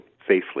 safely